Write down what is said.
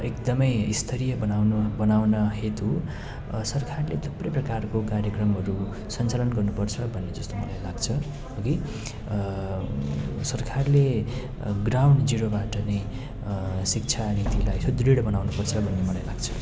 एकदमै स्तरीय बनाउनु बनाउन हेतु सरकारले थुप्रै प्रकारको कार्यक्रमहरू सञ्चालन गर्नुपर्छ भन्ने जस्तो मलाई लाग्छ हगि सरकारले ग्राउन्ड जिरोबाट नै शिक्षा नीतिलाई सुदृढ बनाउनु पर्छ भन्ने मलाई लाग्छ